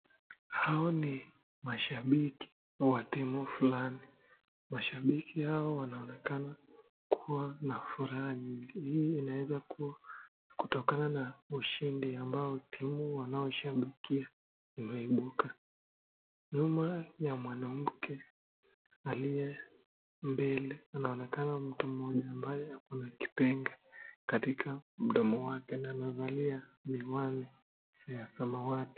Hao ni mashabiki wa timu fulani, mashabiki hawa wanaonekana kuwa na furaha nyingi. Hii inaweza kuwa kutoka na ushindi ambao timu wanao shabikia imeibuka. Nyuma ya mwanamke aliye mbele inaonekana mtu mmoja ambaye ako na kipiga katika mdomo wake na amevalia miwani ya samawati.